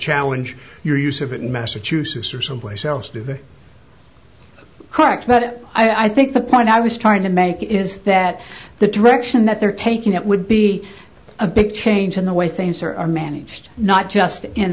challenge your use of it in massachusetts or someplace else do that correct but i think the point i was trying to make is that the direction that they're taking that would be a big change in the way things are managed not just in